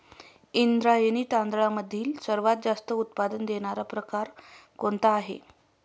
इंद्रायणी तांदळामधील सर्वात जास्त उत्पादन देणारा प्रकार कोणता आहे?